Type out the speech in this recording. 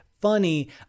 Funny